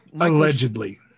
Allegedly